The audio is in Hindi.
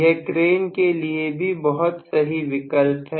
यह क्रेन के लिए भी बहुत सही विकल्प है